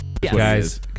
Guys